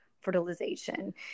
fertilization